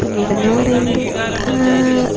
പിന്നീട് എന്ന് പറയുന്നത്